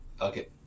Okay